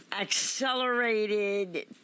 accelerated